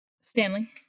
Stanley